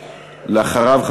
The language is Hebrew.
ואחריו,